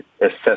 assess